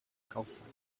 calçada